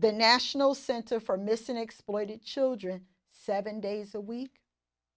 the national center for missing exploited children seven days a week